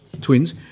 twins